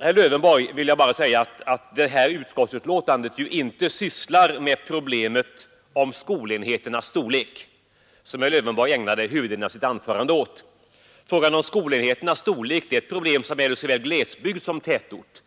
herr Lövenborg vill jag bara säga att det här utskottsbetänkandet ju inte sysslar med frågan om skolenheternas storlek, som herr Lövenborg ägnade huvuddelen av sitt anförande åt. Skolenheternas storlek är ett problem som gäller såväl glesbygd som tätort.